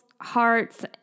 hearts